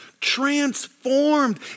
transformed